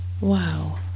wow